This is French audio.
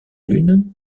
lune